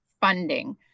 funding